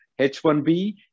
H1B